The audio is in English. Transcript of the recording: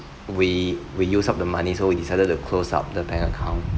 we we use up the money so we decided to close up the bank account